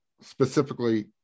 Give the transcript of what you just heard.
specifically